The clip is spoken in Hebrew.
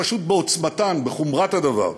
פשוט בעוצמתן, בחומרת הדבר.